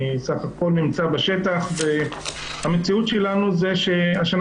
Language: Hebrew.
אני סך הכול נמצא בשטח והמציאות שלנו זה שהשנה